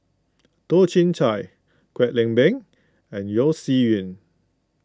Toh Chin Chye Kwek Leng Beng and Yeo Shih Yun